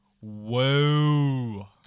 Whoa